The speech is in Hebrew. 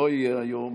זה לא יהיה היום,